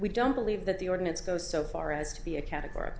we don't believe that the ordinance goes so far as to be a categor